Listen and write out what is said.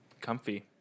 comfy